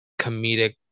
comedic